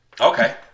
Okay